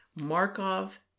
markov